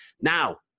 now